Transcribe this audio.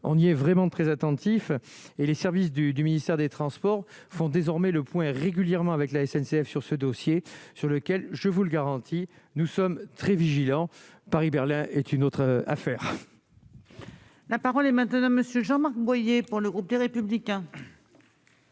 on y est vraiment très attentifs et les services du ministère des Transports font désormais le point régulièrement avec la SNCF sur ce dossier sur lequel je vous le garantis, nous sommes très vigilants Paris-Berlin est une autre affaire. La parole est maintenant Monsieur Jean-Marc Boyer pour le groupe des Républicains.